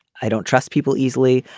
i don't trust people easily.